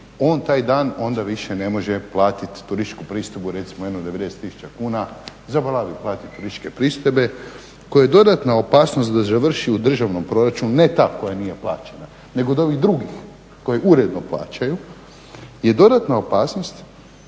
on taj dan onda više ne može platiti turističku pristojbu recimo jedno 90000 kuna. Zaboravi platiti turističke pristojbe koja je dodatna opasnost da završi u državnom proračunu, ne ta koja nije plaćena, nego od ovih drugih koji uredno plaćaju je dodatna opasnost